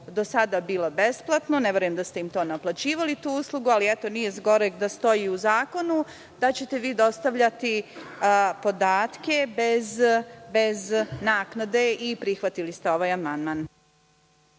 do sada bilo besplatno. Ne verujem da ste naplaćivali tu uslugu, ali eto nije zgoreg da stoji i u zakonu, da ćete dostavljati podatke bez naknade i prihvatili ste ovaj amandman.